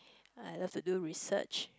I love to do research